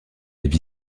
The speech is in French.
vie